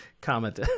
comment